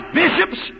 bishops